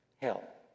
help